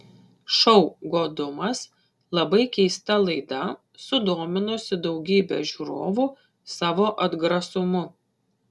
šou godumas labai keista laida sudominusi daugybę žiūrovu savo atgrasumu